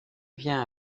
vient